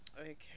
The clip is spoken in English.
Okay